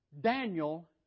Daniel